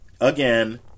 again